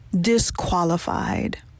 disqualified